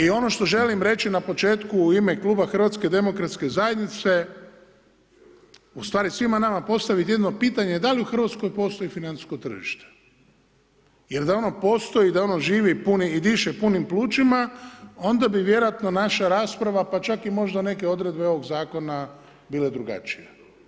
I ono što želim reći na početku u ime kluba HDZ-a ustvari svima nama postaviti jedno pitanje da li u Hrvatskoj postoji financijsko tržište jer da ono postoji i da ono živi i diše punim plućima onda bi vjerojatno naša rasprava pa čak i možda neke odredbe ovog zakona bile drugačije.